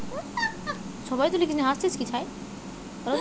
চা চাষের জন্য কেমন আবহাওয়া দরকার?